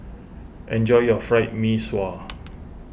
enjoy your Fried Mee Sua